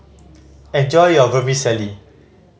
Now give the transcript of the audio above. enjoy your Vermicelli